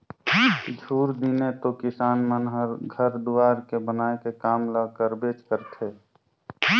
झूर दिने तो किसान मन हर घर दुवार के बनाए के काम ल करबेच करथे